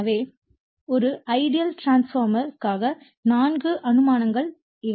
எனவே ஒரு ஐடியல் டிரான்ஸ்பார்மர்க்கான 4 அனுமானங்கள் இவை